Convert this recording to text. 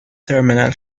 terminal